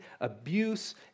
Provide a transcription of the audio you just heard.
abuse